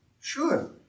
Sure